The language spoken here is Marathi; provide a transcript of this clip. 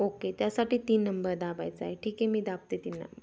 ओके त्यासाठी तीन नंबर दाबायचं आहे ठीक आहे मी दाबते तीन नंबर